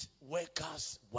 workers